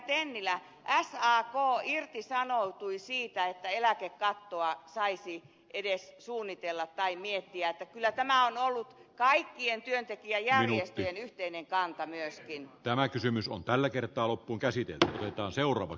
tennilä sak irtisanoutui siitä että eläkekattoa saisi edes suunnitella tai miettiä niin että kyllä tämä on ollut kaikkien työntekijäjärjestöjen yhteinen kanta myöskin tämä kysymys on tällä kertaa loppuun käsityötä ja seuraava